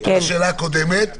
מענה לשאלה של מירה סלומון